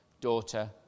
daughter